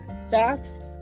socks